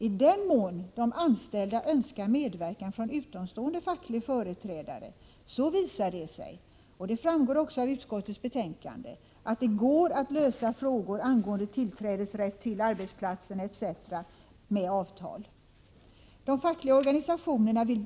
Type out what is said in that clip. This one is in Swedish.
I den mån de anställda önskar medverkan från utomstående facklig företrädare visar det sig, vilket också framgår av utskottets betänkande, att det går att lösa frågor angående tillträdesrätt till arbetsplatsen osv. med avtal.